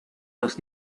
los